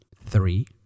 Three